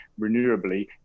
renewably